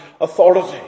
authority